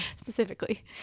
Specifically